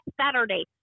Saturday